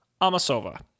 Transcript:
Amasova